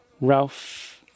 Ralph